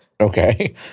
Okay